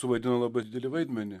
suvaidino labai didelį vaidmenį